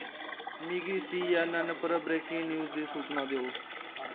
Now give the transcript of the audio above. मिगी C N N पर breaking news दी सूचना देओ